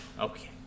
Okay